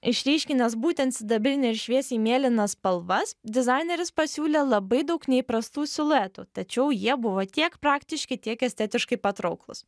išryškinęs būtent sidabrinę ir šviesiai mėlyną spalvas dizaineris pasiūlė labai daug neįprastų siluetų tačiau jie buvo tiek praktiški tiek estetiškai patrauklūs